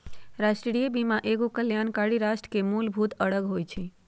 राष्ट्रीय बीमा एगो कल्याणकारी राष्ट्र के मूलभूत अङग होइ छइ